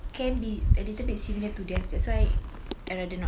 can be a little bit similar to their's that's why I rather not